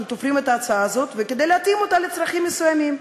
אנחנו תופרים את ההצעה הזאת כדי להתאים אותה לצרכים הישראליים.